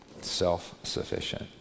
self-sufficient